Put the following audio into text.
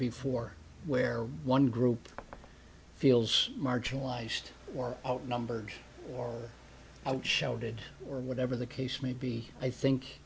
before where one group feels marginalized or outnumbered or shouted or whatever the case may be i think